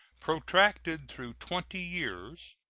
protracted through twenty years,